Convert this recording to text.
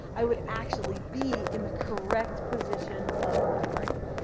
i would actually be in the correct position of my brain.